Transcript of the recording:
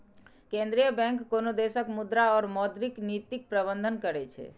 केंद्रीय बैंक कोनो देशक मुद्रा और मौद्रिक नीतिक प्रबंधन करै छै